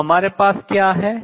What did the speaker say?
तो हमारे पास क्या है